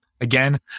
again